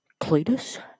Cletus